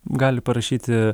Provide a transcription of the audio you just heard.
gali parašyti